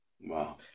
Wow